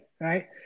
right